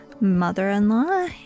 mother-in-law